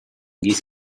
this